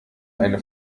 eine